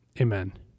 Amen